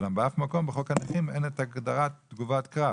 אולם באף מקום בחוק הנכים את ההגדרה של תגובת קרב.